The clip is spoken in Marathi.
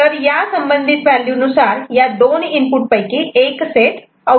तर त्या संबंधित व्हॅल्यू नुसार या दोन इनपुट पैकी एक सेट आऊटपुटला जाईल